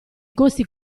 costi